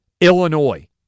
Illinois